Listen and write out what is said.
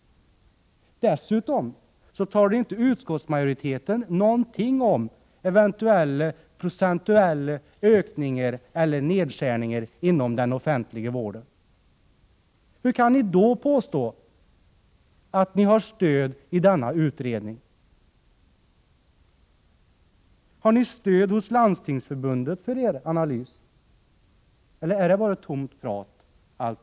Dessutom säger utskottsmajoriteten inte någonting om eventuella procentuella ökningar eller nedskärningar inom den offentliga vården. Hur kan ni då påstå att ni har stöd i denna utredning? Har ni stöd hos Landstingsförbundet för er analys? Eller är alltihop bara tomt prat?